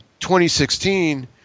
2016